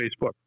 Facebook